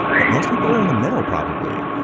but most people are in the middle. probably.